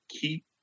Keep